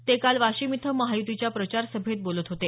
ते काल वाशिम इथं महायुतीच्या प्रचार सभेत बोलत होते